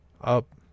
Up